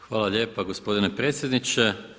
Hvala lijepa gospodine predsjedniče.